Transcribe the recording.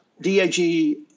DAG